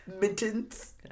Mittens